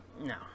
No